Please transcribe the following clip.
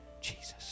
Jesus